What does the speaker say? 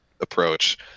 approach